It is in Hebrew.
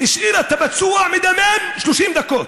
השאירה את הפצוע מדמם 30 דקות.